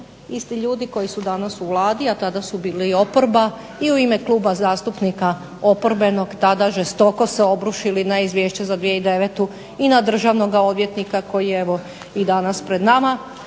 isti ljudi koji su danas u Vladi, a tada su bili oporba i u ime kluba zastupnika oporbenog tada žestoko se obrušili na Izvješće za 2009. i na državnoga odvjetnika koji je evo i danas pred nama.